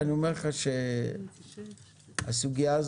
אני אומר לך שהסוגיה היא